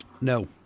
No